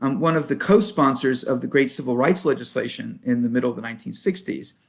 um one of the co-sponsors of the great civil rights legislation in the middle of the nineteen sixty s.